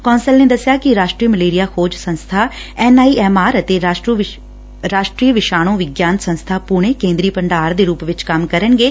council ਨੇ ਦਸਿਐ ਕਿ ਰਾਸ਼ਟਰੀ ਮਲੇਰੀਆ ਬੋਜ ਸੰਸਬਾ ਐਨ ਆਈ ਐਮ ਆਰ ਅਤੇ ਰਾਸ਼ਟਰੀ ਵਿਸ਼ਾਣ ਵਿਗਿਆਨ ਸੰਸਬਾ ਪੁਣੇ ਕੇਂਦਰੀ ਭੰਡਾਰ ਦੇ ਰੂਪ ਕੰਮ ਕਰਨਗੇ